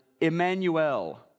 Emmanuel